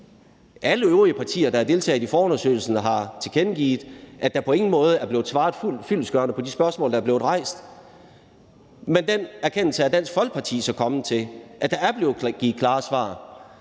Alle øvrige partier, der har deltaget i forundersøgelsen, har tilkendegivet, at der på ingen måde er blevet svaret fyldestgørende på de spørgsmål, der er blevet rejst. Men Dansk Folkeparti er så kommet til den erkendelse, at der er blevet givet klare svar.